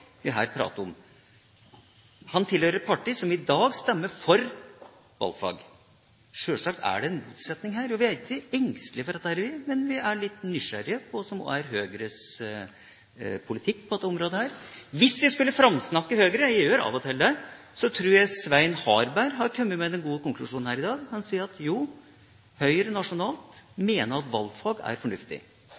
Han tilhører et parti som i dag stemmer for valgfag. Sjølsagt er det en motsetning her. Vi er ikke engstelige for dette, men vi er litt nysgjerrige på hva som er Høyres politikk på dette området. Hvis jeg skal framsnakke Høyre – jeg gjør av og til det – tror jeg Svein Harberg har kommet med den gode konklusjonen her i dag. Han sier at Høyre nasjonalt mener at valgfag er fornuftig.